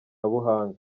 buhanga